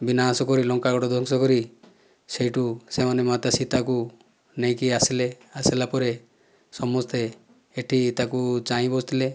ବିନାଶ କରି ଲଙ୍କା ଗଡ଼ ଧ୍ବଂସ କରି ସେଇଠୁ ସେମାନେ ମାତା ସୀତାକୁ ନେଇକି ଆସିଲେ ଆସିଲା ପରେ ସମସ୍ତେ ଏଠି ତାକୁ ଚାହିଁ ବସିଥିଲେ